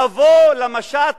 לבוא למשט,